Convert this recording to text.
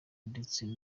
ndetse